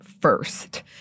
first